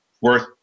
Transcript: worth